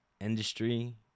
industry